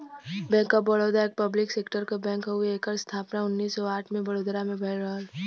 bank of Baroda एक public sector क bank हउवे एकर स्थापना उन्नीस सौ आठ में बड़ोदरा में भयल रहल